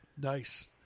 Nice